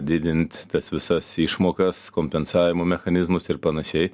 didint tas visas išmokas kompensavimo mechanizmus ir panašiai